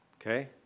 okay